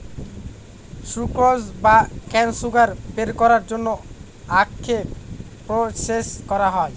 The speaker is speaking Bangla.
সুক্রোজ বা কেন সুগার বের করার জন্য আখকে প্রসেস করা হয়